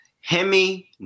Hemi